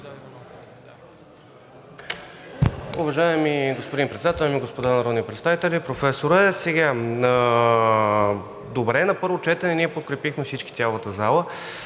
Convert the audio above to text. Уважаеми господин Председател, дами и господа народни представители, Професоре! Добре, на първо четене ние подкрепихме всички – цялата зала,